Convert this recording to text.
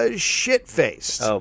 shit-faced